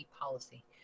policy